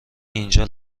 اینجا